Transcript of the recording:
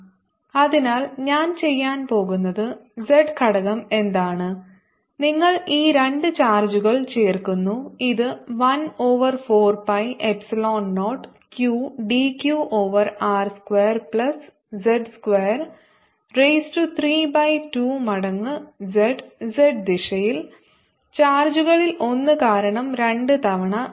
dF14π0qdzr2z232zzrx അതിനാൽ ഞാൻ ചെയ്യാൻ പോകുന്നത് z ഘടകo എന്താണ് നിങ്ങൾ ഈ രണ്ട് ചാർജുകൾ ചേർക്കുന്നു ഇത് 1 over 4 pi epsilon 0 q d q over r square plus z square raise to 3 by 2 മടങ്ങ് z z ദിശയിൽ ചാർജുകളിൽ ഒന്ന് കാരണം രണ്ട് തവണ